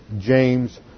James